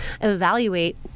evaluate